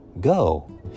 go